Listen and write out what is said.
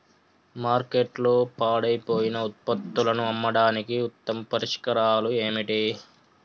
మార్కెట్లో పాడైపోయిన ఉత్పత్తులను అమ్మడానికి ఉత్తమ పరిష్కారాలు ఏమిటి?